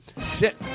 Sit